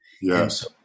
Yes